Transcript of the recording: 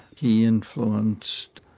he influenced